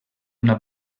una